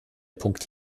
punkt